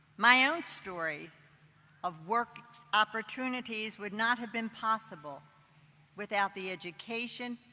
my own story of working opportunities would not have been possible without the education,